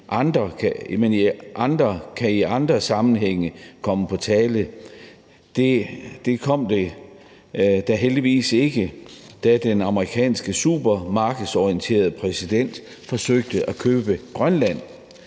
andre kan i andre sammenhænge komme på tale. Det skete da heldigvis ikke, da den amerikanske supermarkedsorienterede præsident forsøgte at købe Grønland.